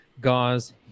gauze